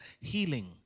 Healing